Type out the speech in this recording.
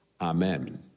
Amen